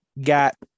got